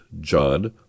John